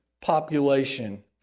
population